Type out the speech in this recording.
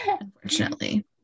Unfortunately